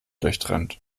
durchtrennt